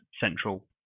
central